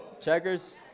Checkers